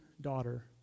daughter